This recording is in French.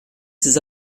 ses